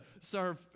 serve